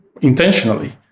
intentionally